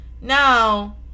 now